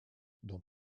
dont